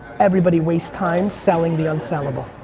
everybody wastes time selling the unsellable.